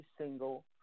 single